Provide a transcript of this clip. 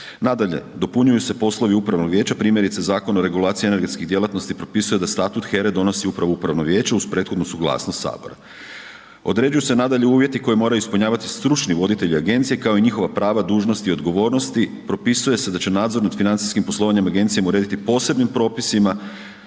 Nadalje, dopunjuju se poslovi upravnog vijeća primjerice Zakona o regulaciji energetskih djelatnosti propisuje da statut HERA-e donosi upravo upravno vijeće uz prethodnu suglasnost Sabora. Određuju se nadalje uvjeti koje moraju ispunjavati stručni voditelji agencije kao i njihova prava, dužnosti i odgovornosti propisuje se da će nadzor nad financijskim poslovanje agencije urediti posebnim propisima